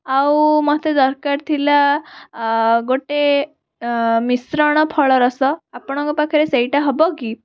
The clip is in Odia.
ଆଉ ମୋତେ ଦରକାର ଥିଲା ଗୋଟେ ମିଶ୍ରଣ ଫଳରସ ଆପଣଙ୍କ ପାଖରେ ସେଇଟା ହେବ କି